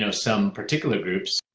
you know some particular groups.